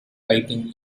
writing